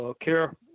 care